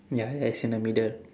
ya ya is in the middle